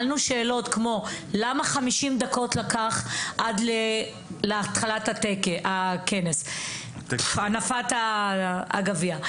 למה לקח 50 דקות עד לתחילת טקס הנפת הגביע,